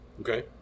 Okay